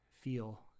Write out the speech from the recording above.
feel